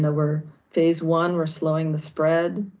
and we're phase one, we're slowing the spread.